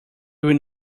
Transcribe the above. will